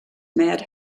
mad